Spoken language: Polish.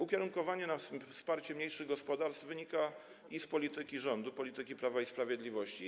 Ukierunkowanie na wsparcie mniejszych gospodarstw wynika z polityki rządu, polityki Prawa i Sprawiedliwości.